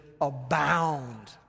abound